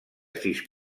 sis